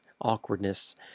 awkwardness